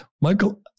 Michael